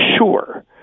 sure